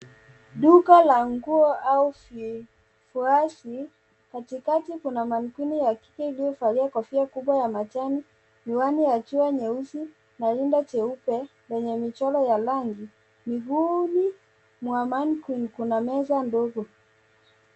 Duka la nguo au vifuasi, katikati kuna manikini ya kike iliyovalia kofia kubwa ya majani, miwani ya jua nyeusi na rinda jeupe lenye michoro ya rangi. Miguuni mwa manikini kuna meza ndogo.